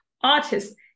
artists